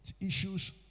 issues